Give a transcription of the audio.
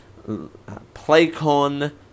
PlayCon